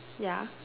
ya